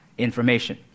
information